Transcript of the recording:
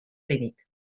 clínic